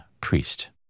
priest